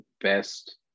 best